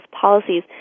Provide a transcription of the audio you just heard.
policies